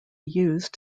use